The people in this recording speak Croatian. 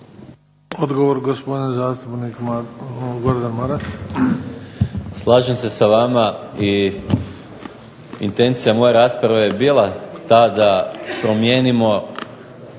Maras. Izvolite. **Maras, Gordan (SDP)** Slažem se sa vama i intencija moje rasprave je bila ta da promijenimo